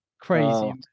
crazy